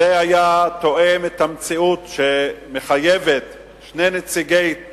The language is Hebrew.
וזה תאם את המציאות שמחייבת שני נציגים